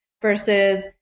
Versus